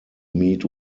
meet